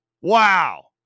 Wow